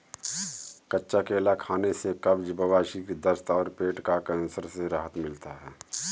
कच्चा केला खाने से कब्ज, बवासीर, दस्त और पेट का कैंसर से राहत मिलता है